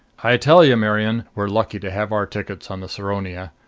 i tell you, marian, we're lucky to have our tickets on the saronia.